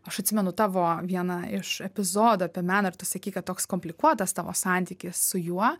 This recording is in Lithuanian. aš atsimenu tavo vieną iš epizodą apie meną ir tu sakei kad toks komplikuotas tavo santykis su juo